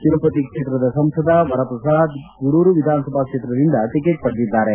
ತಿರುಪತಿ ಕ್ಷೇತ್ರದ ಸಂಸದ ವರಪ್ರಸಾದ್ ಗುಡೂರು ವಿಧಾನಸಭಾ ಕ್ಷೇತ್ರದಿಂದ ಟಕೆಟ್ ಪಡೆದಿದ್ದಾರೆ